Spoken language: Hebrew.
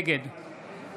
נגד